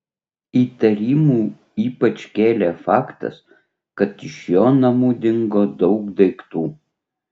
įtarimų ypač kėlė faktas kad iš jos namų dingo daug daiktų